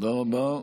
תודה רבה.